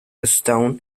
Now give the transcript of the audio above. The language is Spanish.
stone